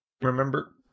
remember